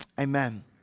Amen